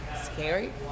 scary